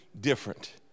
different